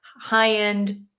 high-end